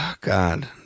God